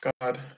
God